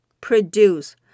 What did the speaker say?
produce